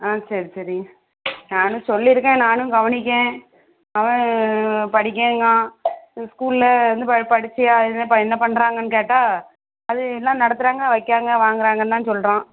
ஆ சரி சரி நானும் சொல்லியிருக்கேன் நானும் கவனிக்கிறேன் அவன் படிக்கேங்கான் ஸ்கூலில் வந்து படித்து என்ன என்ன பண்ணுறாங்கன்னு கேட்டால் அது என்ன நடத்துகிறாங்க வைக்கிறாங்க வாங்குகிறாங்கனு தான் சொல்கிறான்